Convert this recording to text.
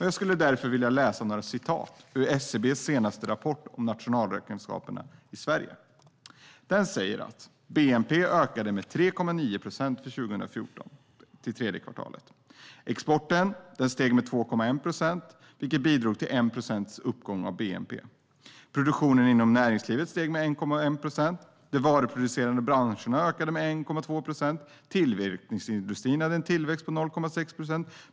Jag vill därför läsa ur SCB:s senaste rapport om nationalräkenskaperna i Sverige: Bnp ökade med 3,9 procent det tredje kvartalet för 2015. Exporten steg med 2,1 procent, vilket bidrog till bnp-uppgången på 1,0 procentenheter. Produktionen inom näringslivet steg med 1,1 procent. De varuproducerande branscherna ökade produktionen med 1,2 procent. Tillverkningsindustrin hade en tillväxt på 0,6 procent.